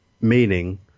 meaning